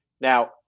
Now